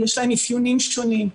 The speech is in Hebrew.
יש להם אפיונים שונים.